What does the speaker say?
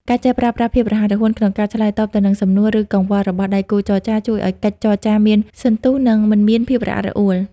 ការចេះប្រើប្រាស់ "ភាពរហ័សរហួន" ក្នុងការឆ្លើយតបទៅនឹងសំណួរ ឬកង្វល់របស់ដៃគូចរចា ជួយឱ្យកិច្ចចរចាមានសន្ទុះ និងមិនមានភាពរអាក់រអួល។